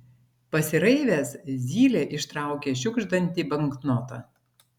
pasiraivęs zylė ištraukė šiugždantį banknotą